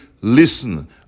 listen